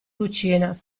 cucina